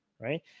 right